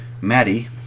Maddie